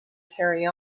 carry